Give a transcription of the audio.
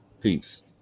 Peace